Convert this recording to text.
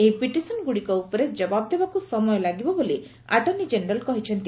ଏହି ପିଟିସନ୍ଗୁଡ଼ିକ ଉପରେ ଜବାବ ଦେବାକୁ ସମୟ ଲାଗିବ ବୋଲି ଆଟର୍ଶ୍ଣି ଜେନେରାଲ୍ କହିଛନ୍ତି